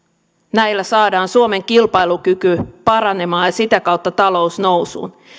näillä saadaan suomen kilpailukyky paranemaan ja sitä kautta talous nousuun